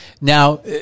Now